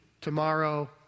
tomorrow